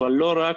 אבל לא רק,